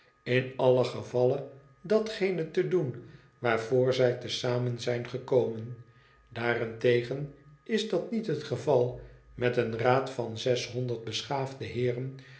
in allen gevalle datgene te doen waarvoor zij te zamen zijn gekomen daarentegen is dat niet het geval met een raad van zeshonderd beschaafde hoeren